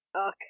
Okay